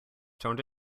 turned